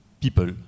people